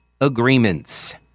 agreements